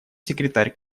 секретарь